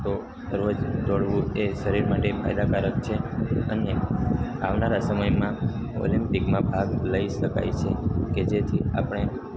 તો રોજ દોડવું એ શરીર માટે ફાયદાકારક છે અને આવનારા સમયમાં ઓલમ્પિકમાં ભાગ લઈ શકાય છે કે જેથી આપણે